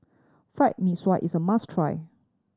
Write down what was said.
Fried Mee Sua is a must try